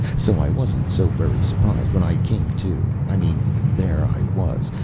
so i wasn't so very surprised when i came to. i mean there i was,